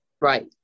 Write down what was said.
Right